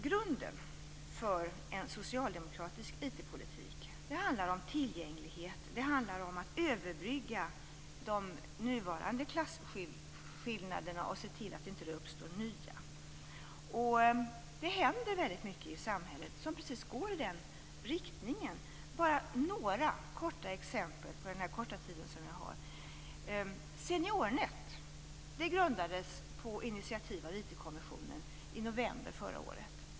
Grunden för en socialdemokratisk IT-politik är tillgänglighet, att överbrygga de nuvarande klasskillnaderna och se till att det inte uppstår nya. Det händer väldigt mycket i samhället som går i den riktningen. Jag skall bara ta några få exempel på den korta tid jag har till mitt förfogande. Seniornet grundades på initiativ av IT-kommissionen i november förra året.